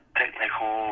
technical